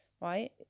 Right